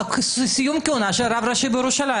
סיום כהונה של רב ראשי בירושלים.